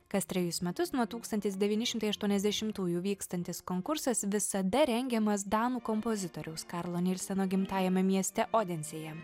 kas trejus metus nuo tūkstantis devyni šimtai aštuoniasdešimtųjų vykstantis konkursas visada rengiamas danų kompozitoriaus karlo nilseno gimtajame mieste odensėje